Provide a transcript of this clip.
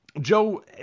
Joe